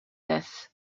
this